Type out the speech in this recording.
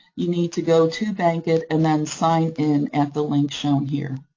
you need to go to bankit, and then sign in at the link shown here.